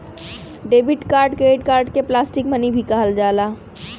debit card credit card के plastic money भी कहल जाला